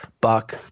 buck